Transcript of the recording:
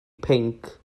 pinc